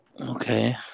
Okay